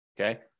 Okay